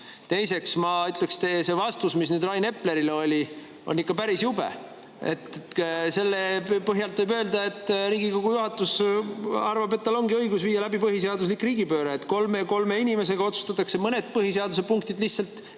Teiseks, ma ütleks, et teie vastus, mis oli nüüd Rain Eplerile, on ikka päris jube. Selle põhjalt võib öelda, et Riigikogu juhatus arvab, et tal ongi õigus viia läbi põhiseaduslik riigipööre, nii et kolm inimest otsustavad mõned põhiseaduse punktid lihtsalt